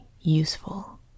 useful